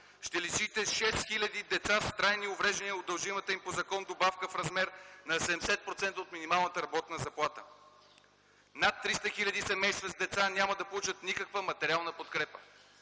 Ще лишите 6000 деца с трайни увреждания от дължимата им по закон добавка в размер на 70% от минималната работна заплата. Над 300 000 семейства с деца няма да получат никаква материална подкрепа.